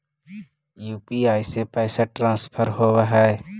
UPI से पैसा transfer होवहै?